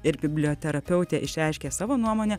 ir biblioterapeutė išreiškė savo nuomonę